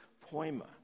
poema